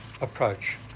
approach